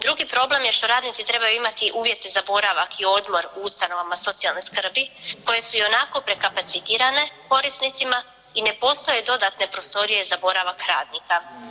Drugi problem je što radnici trebaju imati uvjete za boravak i odmor u ustanovama socijalne skrbi, koje su ionako prekapacitirane korisnicima i ne postoje dodatne prostorije za boravak radnika.